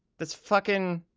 that's fucking.